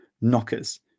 knockers